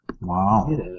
Wow